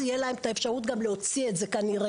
יהיה להם את האפשרות גם להוציא את זה כנראה.